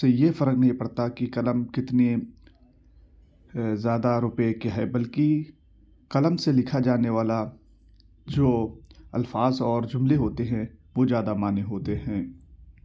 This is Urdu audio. سے یہ فرق نہں پڑتا کہ قلم کتنے زیادہ روپے کے ہے بلکہ قلم سے لکھا جانے والا جو الفاظ اور جملے ہوتے ہیں وہ زیادہ معنے ہوتے ہیں